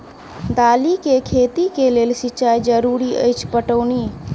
दालि केँ खेती केँ लेल सिंचाई जरूरी अछि पटौनी?